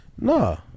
No